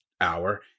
hour